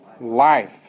Life